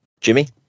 jimmy